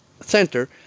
center